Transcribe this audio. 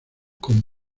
con